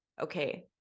okay